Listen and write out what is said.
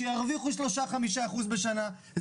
שירוויחו 5%-3% בשנה.